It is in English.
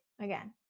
again